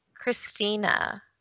Christina